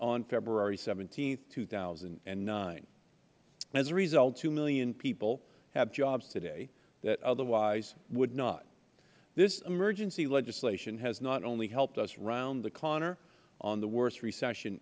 on february seventeen two thousand and nine as a result two million people have jobs today that otherwise would not this emergency legislation has not only helped us round the corner on the worst recession